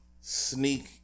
sneak